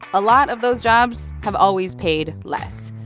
a lot of those jobs have always paid less.